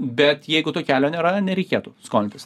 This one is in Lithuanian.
bet jeigu to kelio nėra nereikėtų skolintis